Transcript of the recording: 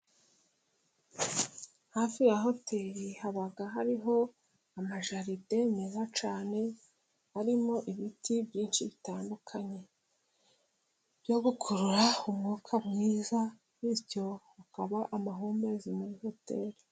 Hafi ya hoteri haba hariho amajaride meza cyane ,arimo ibiti byinshi bitandukanye byo gukurura umwuka mwiza, bityo ukaba amahumbezi muri hotel.